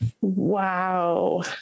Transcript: Wow